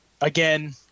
Again